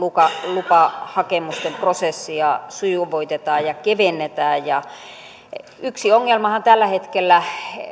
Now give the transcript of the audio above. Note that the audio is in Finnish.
lupahakemusten prosessia sujuvoitetaan ja kevennetään yksi ongelmahan tällä hetkellä